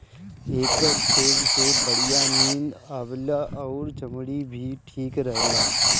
एकर तेल से बढ़िया नींद आवेला अउरी चमड़ी भी ठीक रहेला